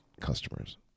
customers